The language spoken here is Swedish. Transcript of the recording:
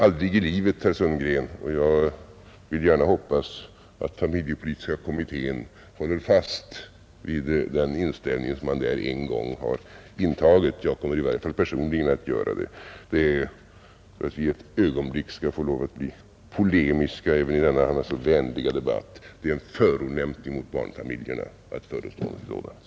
Aldrig i livet, herr Sundgren, och jag hoppas att familjepolitiska kommittén håller fast vid den inställning man en gång intagit. Jag kommer i varje fall personligen att göra det. För att ett ögonblick få bli polemisk i denna annars så vänliga debatt får jag säga att det är en förolämpning mot barnfamiljerna att föreslå något sådant.